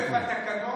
זה עומד בתקנון?